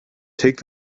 take